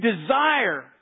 desire